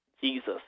Jesus